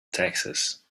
taxes